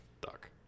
Duck